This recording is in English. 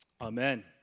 Amen